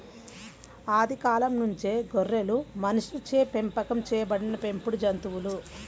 ఆది కాలం నుంచే గొర్రెలు మనిషిచే పెంపకం చేయబడిన పెంపుడు జంతువులు